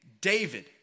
David